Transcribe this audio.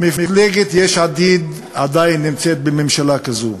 מפלגת יש עתיד עדיין נמצאת בממשלה כזו,